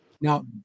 Now